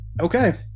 okay